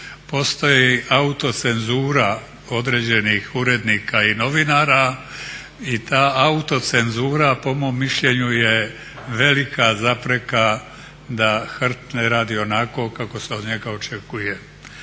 postoji autocenzura određenih urednika i novinara i da ta autocenzura po mom mišljenju je velika zapreka da HRT ne radi onako kako se od njega očekuje.